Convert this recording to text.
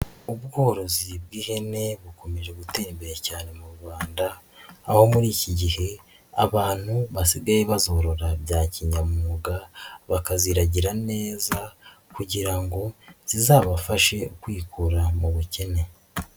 Ubworozi bw'ihene bukomeje gutera imbere cyane mu Rwanda, aho muri iki gihe abantu basigaye bazorora bya kinyamwuga bakaziragira neza kugira ngo zizabafashe kwikura mu bukene.